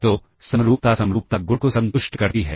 तो समरूपता समरूपता गुण को संतुष्ट करती है